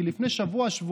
כי לפני שבוע-שבועיים,